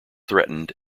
threatened